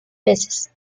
veces